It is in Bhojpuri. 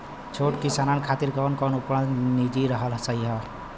छोट किसानन खातिन कवन कवन उपकरण निजी रखल सही ह?